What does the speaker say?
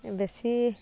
বেছি